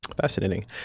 Fascinating